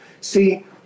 see